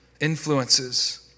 influences